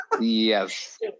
Yes